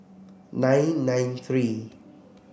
nine nine three